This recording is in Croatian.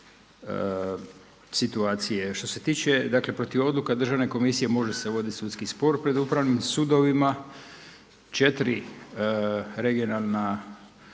situacije. Što se tiče, dakle protiv odluka Državne komisije može se vodit sudski spor pred Upravnim sudovima. Četiri regionalna